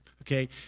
okay